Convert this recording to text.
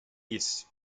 east